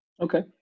okay